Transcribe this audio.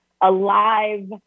alive